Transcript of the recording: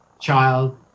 child